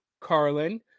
Carlin